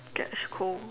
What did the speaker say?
catch cold